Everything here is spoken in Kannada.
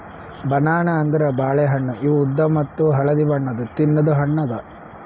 ಬನಾನಾ ಅಂದುರ್ ಬಾಳೆ ಹಣ್ಣ ಇವು ಉದ್ದ ಮತ್ತ ಹಳದಿ ಬಣ್ಣದ್ ತಿನ್ನದು ಹಣ್ಣು ಅದಾ